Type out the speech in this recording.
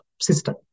system